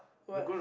what